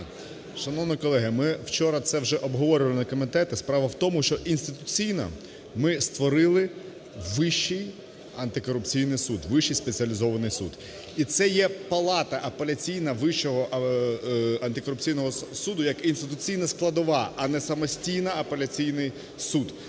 Шановні колеги, ми вчора це вже обговорювали на комітеті. Справа в тому, що інституційно ми створили Вищий антикорупційний суд, Вищий спеціалізований суд. І це є палата апеляційна Вищого антикорупційного суду як інституційна складова, а не самостійний апеляційний суд.